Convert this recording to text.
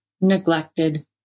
neglected